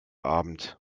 abend